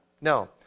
no